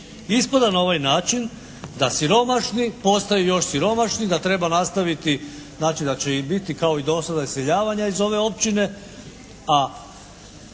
Ispada na ovaj način da siromašni postaju još siromašni, da treba nastaviti znači da će i biti kao i do sada iseljavanja iz ove općine, a